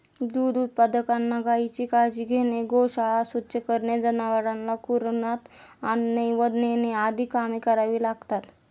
दूध उत्पादकांना गायीची काळजी घेणे, गोशाळा स्वच्छ करणे, जनावरांना कुरणात आणणे व नेणे आदी कामे करावी लागतात